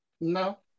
no